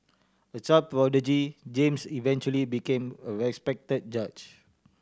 a child prodigy James eventually became a respect judge